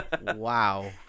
wow